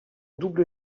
double